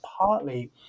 partly